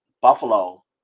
Buffalo